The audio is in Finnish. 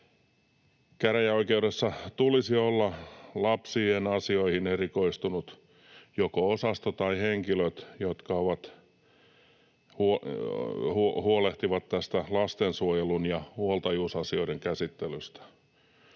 Käräjäoikeudessa tulisi olla lapsien asioihin erikoistunut joko osasto tai henkilöt, jotka huolehtivat tästä lastensuojelun ja huoltajuusasioiden käsittelystä.